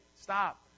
Stop